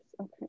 Okay